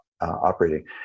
operating